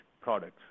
products